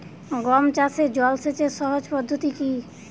গম চাষে জল সেচের সহজ পদ্ধতি কি?